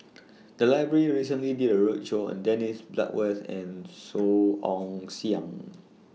The Library recently did A roadshow on Dennis Bloodworth and Song Ong Siang